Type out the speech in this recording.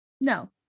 No